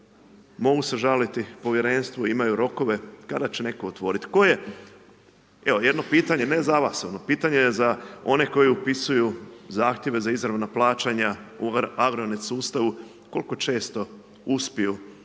mogu se žaliti povjerenstvu, imaju rokove kada će netko otvoriti. Tko je, evo jedno pitanje ne za vas, pitanje je za one koji upisuju zahtjeve za izravna plaćanja u Agronet sustavu, koliko često uspiju,